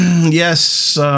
Yes